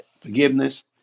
forgiveness